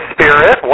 Spirit